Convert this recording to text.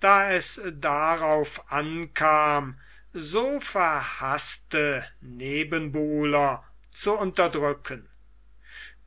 da es darauf ankam so verhaßte nebenbuhler zu unterdrücken